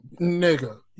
Nigga